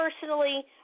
personally